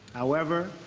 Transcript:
however,